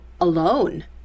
alone